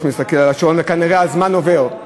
מסתכל על השעון וכנראה הזמן עובר,